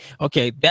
Okay